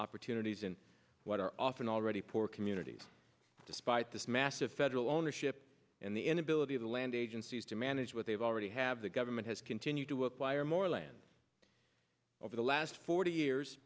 opportunities in what are often already poor communities despite this massive federal ownership and the inability of the land agencies to manage what they've already have the government has continued to acquire more land over the last forty years